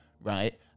right